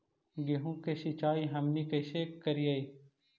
गेहूं के सिंचाई हमनि कैसे कारियय?